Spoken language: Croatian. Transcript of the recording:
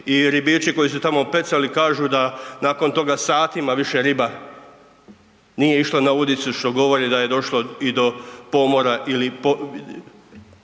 i ribiči koji su tamo pecali kažu da nakon toga satima više riba nije išla na udicu što govori da je došlo i do pomora ili